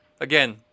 Again